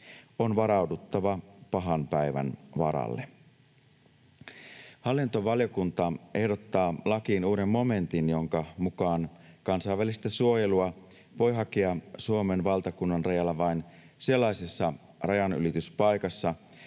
On varauduttava pahan päivän varalle. Hallintovaliokunta ehdottaa lakiin uutta momenttia, jonka mukaan kansainvälistä suojelua voi hakea Suomen valtakunnanrajalla vain sellaisessa rajanylityspaikassa,